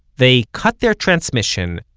they cut their transmission,